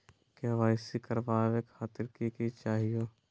KYC करवावे खातीर कि कि चाहियो?